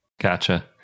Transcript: Gotcha